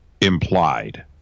implied